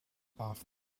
off